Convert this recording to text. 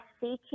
seeking